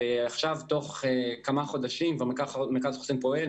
עכשיו מרכז החוסן פועל,